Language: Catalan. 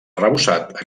arrebossat